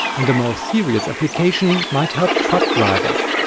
and a more serious application might help truck drivers.